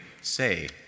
say